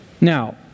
Now